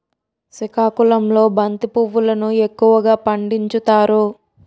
సికాకుళంలో బంతి పువ్వులును ఎక్కువగా పండించుతారు